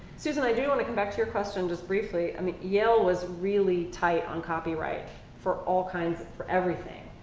susan, i do want to come back to your question just briefly. i mean, yale was really tight on copyright for all kinds for everything.